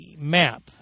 map